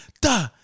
Da